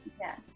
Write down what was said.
Yes